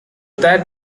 that